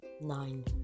Nine